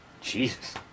Jesus